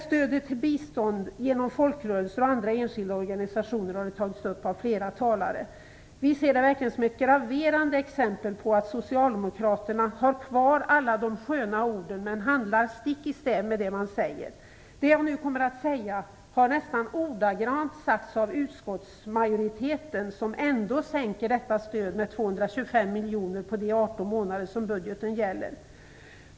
Stödet till bistånd genom folkrörelser och andra enskilda organisationer har tagits upp av flera talare. Vi ser det verkligen som ett graverande exempel på att Socialdemokraterna har kvar alla sköna ord men handlar stick i stäv med vad man säger. Det jag nu kommer att säga har nästan ordagrant sagts av utskottsmajoriteten, som ändå sänker detta stöd med 225 miljoner på de 18 månader som budgeten gäller.